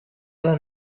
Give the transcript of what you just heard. were